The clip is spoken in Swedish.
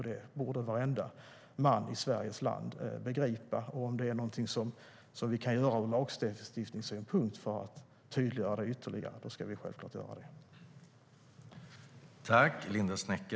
Det borde varenda man i Sveriges land begripa, och om vi kan göra något ur lagstiftningssynpunkt för att tydliggöra detta ytterligare ska vi självklart göra det.